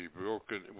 broken